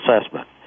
assessment